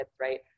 right